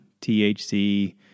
THC